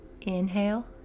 Inhale